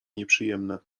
nieprzyjemne